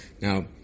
Now